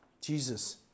Jesus